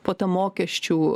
po ta mokesčių